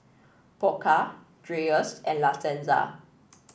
Pokka Dreyers and La Senza